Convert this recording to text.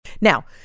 Now